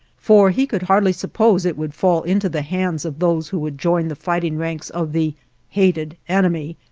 for he could hardly suppose it would fall into the hands of those who would join the fighting ranks of the hated enemy,